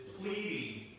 pleading